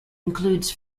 includes